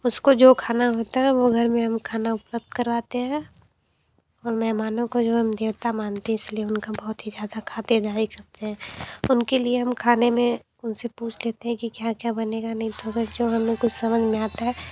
उसको जो खाना होता है वह घर में हम खाना उपलब्ध करवाते हैं और मेहमानों को जो है हम देवता मानते हैं इसलिए उनका बहुत ही ज़्यादा खातिरदारी करते हैं उनके लिए हम खाने में उनसे पूछ लेते हैं कि क्या क्या बनेगा नहीं तो अगर जो हमें कुछ समझ में आता है